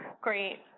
Great